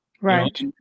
Right